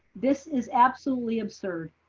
this is absolutely absurd.